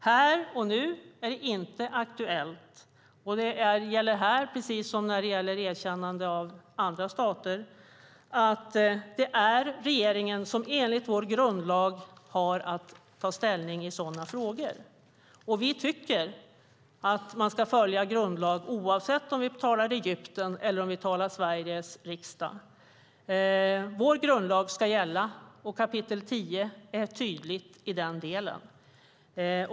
Här och nu är det inte aktuellt, och här gäller, precis som när det gäller erkännande av andra stater, att det är regeringen som enligt vår grundlag har att ta ställning i sådana frågor. Vi tycker att man ska följa grundlag oavsett om vi talar om Egypten eller om Sveriges riksdag. Vår grundlag ska gälla. Kapitel 10 är tydligt i den delen.